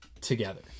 together